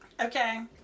okay